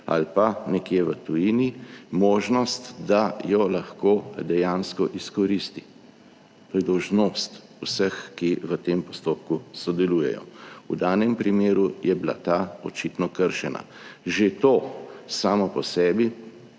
ali pa nekje v tujini, možnost, da jo lahko dejansko izkoristi, to je dolžnost vseh, ki v tem postopku sodelujejo. V danem primeru je bila ta očitno kršena. Že to samo po sebi